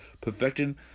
Perfecting